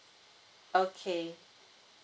okay